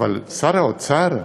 אבל שר האוצר,